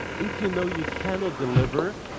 if you know you cannot deliver,